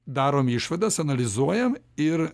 darom išvadas analizuojam ir